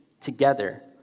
together